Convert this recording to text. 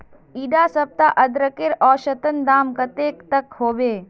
इडा सप्ताह अदरकेर औसतन दाम कतेक तक होबे?